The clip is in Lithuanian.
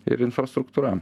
ir infrastruktūra